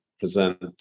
present